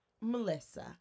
Melissa